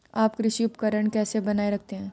आप कृषि उपकरण कैसे बनाए रखते हैं?